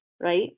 right